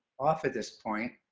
off at this point.